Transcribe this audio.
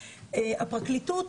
הפרקליטות,